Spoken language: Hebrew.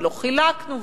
ולא חילקנו,